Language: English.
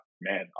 man